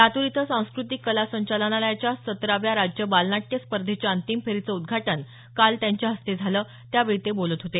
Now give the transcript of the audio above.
लातूर इथं सांस्कृतिक कला संचालनालयाच्या सतराव्या राज्य बालनाट्य स्पर्धेच्या अंतिम फेरीचं उद्घाटन काल त्यांच्या हस्ते झालं त्यावेळी ते बोलत होते